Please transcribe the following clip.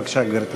בבקשה, גברתי.